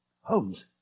Holmes